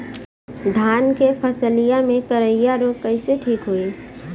धान क फसलिया मे करईया रोग कईसे ठीक होई?